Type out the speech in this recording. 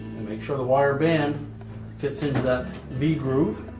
and make sure the wire band fits into that v groove.